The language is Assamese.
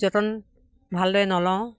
যতন ভালদৰে নলওঁ